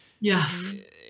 Yes